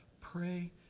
pray